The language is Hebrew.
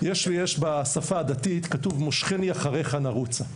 בשפה הדתית כתוב: "משכני אחריך נרוצה".